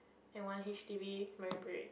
and one H_D_B Marine-Parade